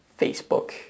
Facebook